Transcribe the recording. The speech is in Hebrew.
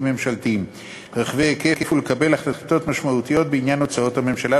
ממשלתיים רחבי היקף ולקבל החלטות משמעותיות בעניין הוצאות הממשלה,